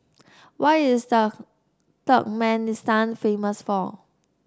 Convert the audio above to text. what is the Turkmenistan famous for